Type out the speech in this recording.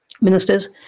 Ministers